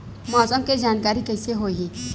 मौसम के जानकारी कइसे होही?